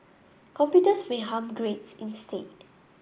computers may harm grades instead